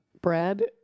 Brad